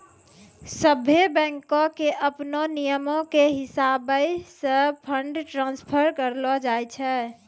सभ्भे बैंको के अपनो नियमो के हिसाबैं से फंड ट्रांस्फर करलो जाय छै